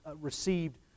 received